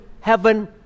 heaven